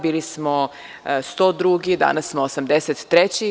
Bili smo 102, danas smo 83.